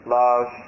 love